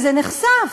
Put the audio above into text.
וזה נחשף,